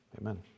amen